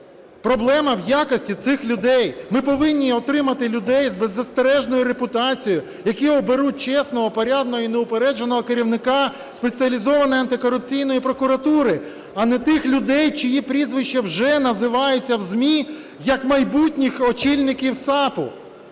Проблема в якості цих людей. Ми повинні отримати людей з беззастережною репутацією, які оберуть чесного, порядного і неупередженого керівника Спеціалізованої антикорупційної прокуратури, а не тих людей, чиї прізвища вже називаються в ЗМІ як майбутніх очільників САПу.